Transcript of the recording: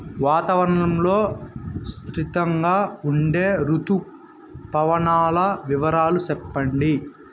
వాతావరణం లో స్థిరంగా ఉండే రుతు పవనాల వివరాలు చెప్పండి?